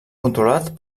controlat